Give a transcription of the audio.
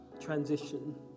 transition